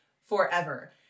forever